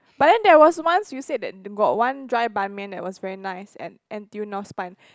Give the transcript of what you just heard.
but then there was once you said that got one dry Ban-Mian that was very nice at n_t_u North-Spine